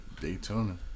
Daytona